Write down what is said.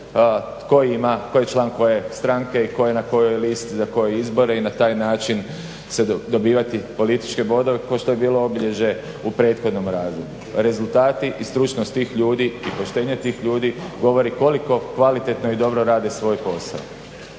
tko ima, tko je član koje stranke i tko je na kojoj listi za koje izbore i na taj način se dobivati političke bodove kao što je bilo obilježje u prethodnom radu. Rezultati i stručnost tih ljudi i poštenje tih ljudi govori koliko kvalitetno i dobro rade svoj posao.